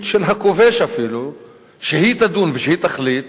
של הכובש אפילו שהיא תדון ושהיא תחליט